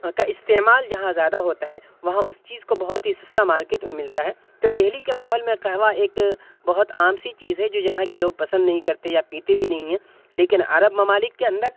کا استعمال جہاں زیادہ ہوتا ہے وہاں اس چیز کو بہت ہی سستا مارکیٹ میں ملتا ہے تو دہلی کے ماحول میں قہوہ ایک بہت عام سی چیز ہے جو یہاں کے لوگ پسند نہیں کرتے یا پیتے بھی نہیں ہے لیکن عرب ممالک کے اندر